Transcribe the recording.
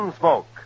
smoke